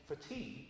fatigue